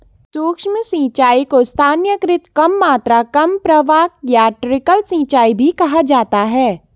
सूक्ष्म सिंचाई को स्थानीयकृत कम मात्रा कम प्रवाह या ट्रिकल सिंचाई भी कहा जाता है